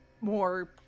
more